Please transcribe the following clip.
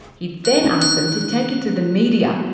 he'd then ask them to take it to the media.